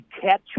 catch